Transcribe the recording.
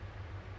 mm